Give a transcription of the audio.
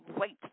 Wait